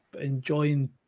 enjoying